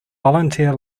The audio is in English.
volunteer